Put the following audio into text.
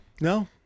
No